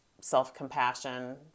self-compassion